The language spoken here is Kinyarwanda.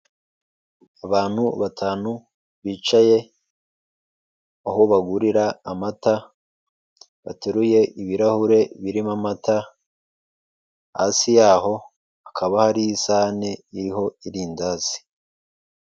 Abantu batanu bicaye aho bagurira amata, bateruye ibirahure birimo amata hasi yaho hakaba hari isahani iriho irindandazi.